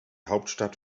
hauptstadt